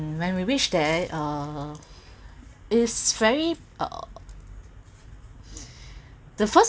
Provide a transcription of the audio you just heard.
when we reached there uh is very uh the first